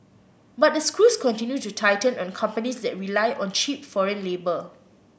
but the screws continue to tighten on companies that rely on cheap foreign labour